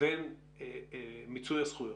לבין מיצוי הזכויות.